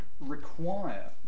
require